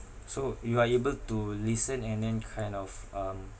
so you are able to listen and then kind of um